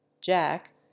Jack